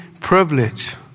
privilege